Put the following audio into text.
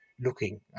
looking